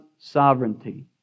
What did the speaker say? sovereignty